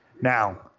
Now